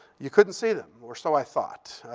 you couldn't see them, or so i thought,